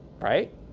right